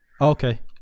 Okay